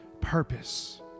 purpose